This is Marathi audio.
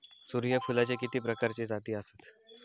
सूर्यफूलाचे किती प्रकारचे जाती आसत?